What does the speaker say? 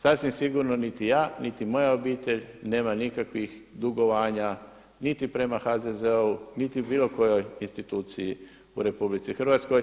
Sasvim sigurno niti ja niti moja obitelj nema nikakvih dugovanja niti prema HZZO-u, niti bilo kojoj instituciji u RH.